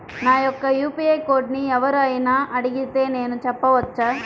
నా యొక్క యూ.పీ.ఐ కోడ్ని ఎవరు అయినా అడిగితే నేను చెప్పవచ్చా?